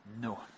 No